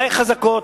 די חזקות,